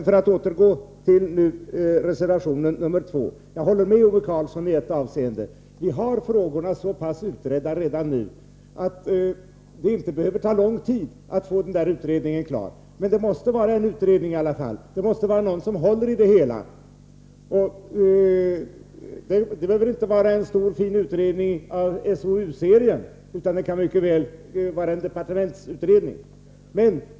För att återgå till reservation 2 vill jag säga att jag håller med Ove Karlsson i ett avseende: frågorna är redan nu så pass utredda att det inte behöver ta lång tid att få den där utredningen klar. Det måste i alla fall vara en utredning, det måste vara någon som håller i det hela. Det behöver inte vara en stor, fin utredning i SOU-serien, utan det kan mycket väl vara en departementsutredning.